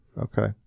Okay